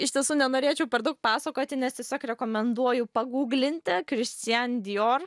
iš tiesų nenorėčiau per daug pasakoti nes tiesiog rekomenduoju paguglinti kristian dijor